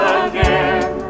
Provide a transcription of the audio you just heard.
again